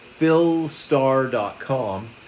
PhilStar.com